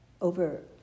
over